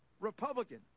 Republican